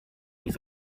his